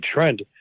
trend